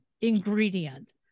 ingredient